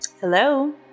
Hello